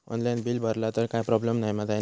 Online bill भरला तर काय प्रोब्लेम नाय मा जाईनत?